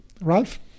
Ralph